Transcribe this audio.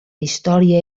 història